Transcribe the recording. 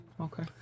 Okay